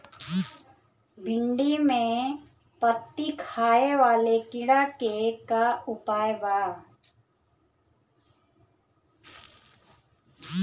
भिन्डी में पत्ति खाये वाले किड़ा के का उपाय बा?